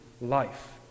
life